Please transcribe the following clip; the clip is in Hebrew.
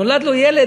נולד לו ילד,